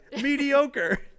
Mediocre